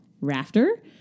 rafter